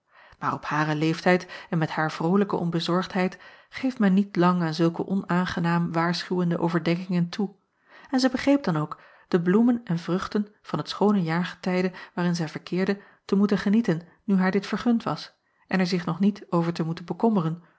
op haren leeftijd en met haar vrolijke onbezorgdheid geeft men niet lang aan zulke onaangenaam waarschuwende overdenkingen toe en zij begreep dan ook de bloemen en vruchten van het schoone jaargetijde waarin zij verkeerde te moeten genieten nu haar dit vergund was en er zich nog niet over te moeten bekommeren